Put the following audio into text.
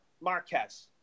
Marquez